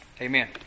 Amen